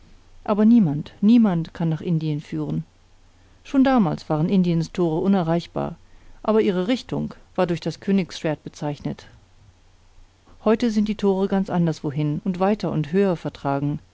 aber niemand niemand kann nach indien führen schon damals waren indiens tore unerreichbar aber ihre richtung war durch das königsschwert bezeichnet heute sind die tore ganz anderswohin und weiter und höher vertragen